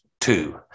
two